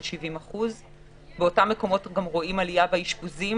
עלייה של 70%. באותם מקומות גם רואים עלייה באשפוזים.